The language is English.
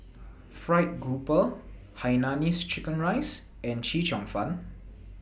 Fried Grouper Hainanese Chicken Rice and Chee Cheong Fun